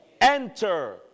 Enter